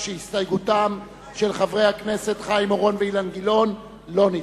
ההסתייגות של חברי הכנסת חיים אורון ואילן גילאון לסעיף 1 לא נתקבלה.